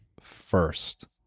first